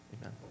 Amen